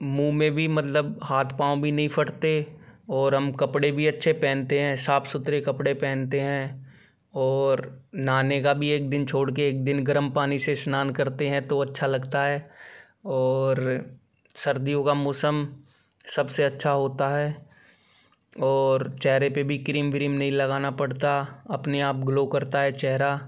मुँह में भी मतलब हाँथ पाँव नहीं फटते और हम कपडे़ भी अच्छे पहनते हैं साफ सुथरे कपडे़ पहनते हैं और नहाने का भी एक दिन छोड़ के एक दिन गरम पानी से स्नान करते हैं तो अच्छा लगता है और सर्दियों का मौसम सबसे अच्छा होता है और चेहरे पे भी क्रीम व्रीम नहीं लगाना पड़ता अपने आप ग्लो करता है चेहरा